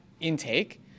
intake